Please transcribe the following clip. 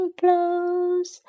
blows